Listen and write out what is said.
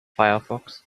firefox